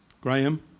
Graham